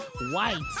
White